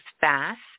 fast